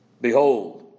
Behold